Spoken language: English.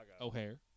O'Hare